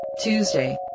Tuesday